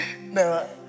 No